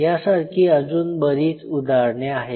यासारखी अजून बरीच उदाहरणे आहेत